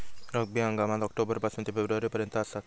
रब्बी हंगाम ऑक्टोबर पासून ते फेब्रुवारी पर्यंत आसात